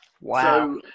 Wow